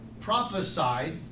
prophesied